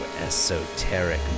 esoteric